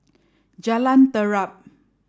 Jalan Terap